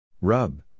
Rub